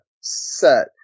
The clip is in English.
set